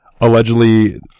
allegedly